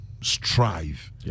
strive